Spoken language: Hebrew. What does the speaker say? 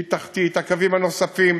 שהיא תחתית, הקווים הנוספים,